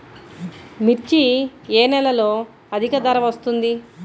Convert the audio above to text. మిర్చి ఏ నెలలో అధిక ధర వస్తుంది?